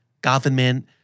government